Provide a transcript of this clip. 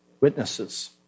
Witnesses